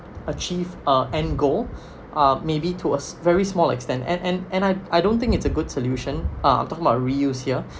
achieve a end goal uh maybe to a very small extent and and and I I don't think it's a good solution uh talking about reuse here